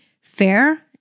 fair